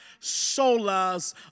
solas